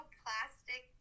plastic